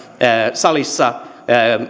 salissa